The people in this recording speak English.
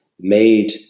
made